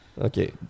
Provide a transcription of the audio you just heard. Okay